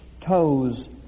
toes